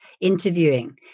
interviewing